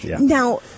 Now